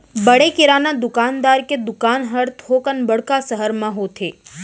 बड़े किराना दुकानदार के दुकान हर थोकन बड़का सहर म होथे